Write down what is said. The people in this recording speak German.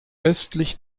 östlich